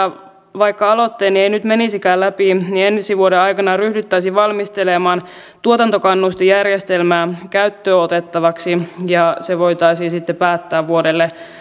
vaikka aloitteeni ei nyt menisikään läpi niin ensi vuoden aikana ryhdyttäisiin valmistelemaan tuotantokannustinjärjestelmää käyttöön otettavaksi ja se voitaisiin sitten päättää vuodelle